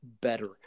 better